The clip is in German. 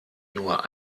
nur